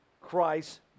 Christ